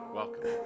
welcome